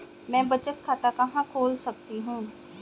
मैं बचत खाता कहां खोल सकती हूँ?